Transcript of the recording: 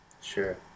sure